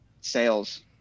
sales